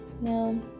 no